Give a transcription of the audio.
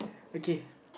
okay